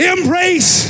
Embrace